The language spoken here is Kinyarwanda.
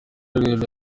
rurerure